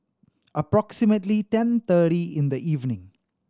approximately ten thirty in the evening